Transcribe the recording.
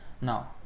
Now